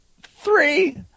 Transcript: three